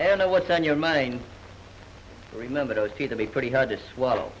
know what's on your mind remember those few to be pretty hard to swallow